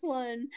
one